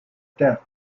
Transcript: death